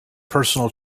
personal